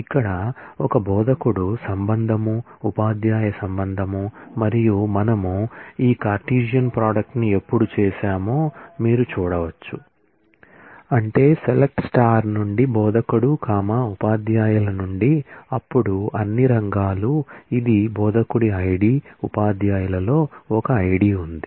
ఇక్కడ ఒక బోధకుడు రిలేషన్ ఉపాధ్యాయ రిలేషన్ మరియు మనము ఈ కార్టెసియన్ ప్రోడక్ట్ ని ఎప్పుడు చేసామో మీరు చూడవచ్చు అంటే సెలెక్ట్ నుండి బోధకుడు కామా ఉపాధ్యాయుల నుండి అప్పుడు అన్ని రంగాలు ఇది బోధకుడి ID ఉపాధ్యాయులలో ఒక ID ఉంది